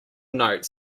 note